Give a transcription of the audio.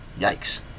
Yikes